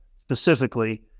specifically